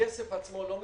הכסף עצמו לא מתבזבז.